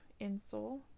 insole